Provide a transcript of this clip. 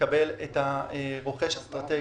תקבל רוכש אסטרטגי.